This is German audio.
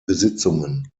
besitzungen